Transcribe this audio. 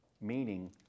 meaning